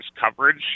coverage